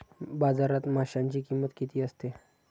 बाजारात माशांची किंमत किती असते?